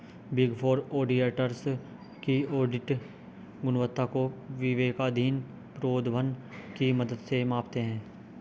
big four auditors की audit गुणवत्ता को विवेकाधीन प्रोद्भवन की मदद से मापते हैं